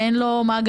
אין לו מאגרים,